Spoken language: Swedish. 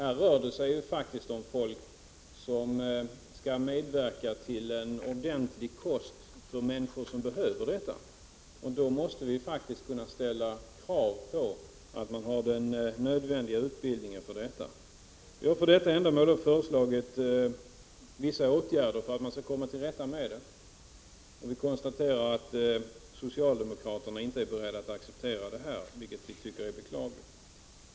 I detta sammanhang handlar det ju om att de skall medverka till en ordentlig kost för människor som behöver detta, och då måste det faktiskt kunna ställas krav på att dessa yrkesutövare har den nödvändiga utbildningen. Vi har för detta ändamål föreslagit vissa åtgärder för att man skall komma till rätta med detta problem. Vi konstate rar att socialdemokraterna inte är beredda att acceptera detta, vilket vi anser — Prot. 1989/90:35 är beklagligt.